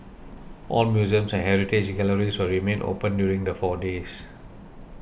all museums and heritage galleries will remain open during the four days